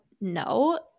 no